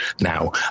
Now